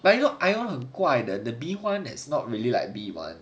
but you know ion 很怪的 the B one it's not really like B one